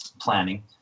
planning